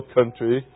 Country